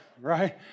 right